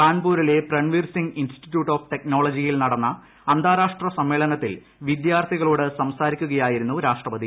കാൺപൂരിലെ Pranveer Singh institute of ടെക്നോളജിയിൽ നടന്ന അന്താരാഷ്ട്ര സമ്മേളനത്തിൽ വിദ്യാർത്ഥികളോട് സംസാരിക്കുകയായിരുന്നു രാഷ്ട്രപതി